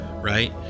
Right